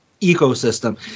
ecosystem